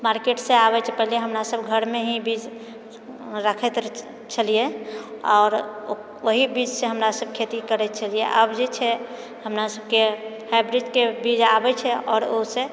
मार्केटसँ आबैत छै पहले हमरासभ घरमे ही बीज रखैत रहै छलिऐ आओर ओहि बीजसँ हमरासभ खेती करैत छेलिए आब जे छै हमरासभकेँ हाइब्रिडके बीज आबैत छै आओर ओहिसँ